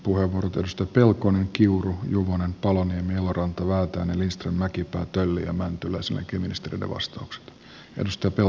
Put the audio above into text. edustajat pelkonen kiuru juvonen paloniemi eloranta väätäinen lindström mäkipää tölli ja mäntylä sen jälkeen ministereiden vastaukset